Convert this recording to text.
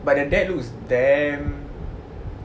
but the dad looks damn